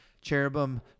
cherubim